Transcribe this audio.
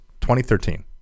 2013